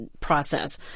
process